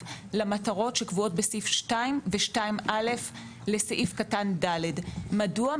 למטרות שקבועות בסעיף 2 ו-2(א) לסעיף קטן (ד); מדוע?